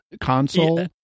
console